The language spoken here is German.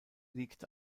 liegt